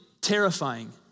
terrifying